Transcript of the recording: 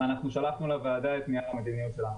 שלחנו לוועדה את נייר המדיניות שלנו.